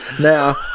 Now